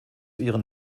ihren